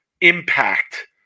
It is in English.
impact